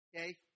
okay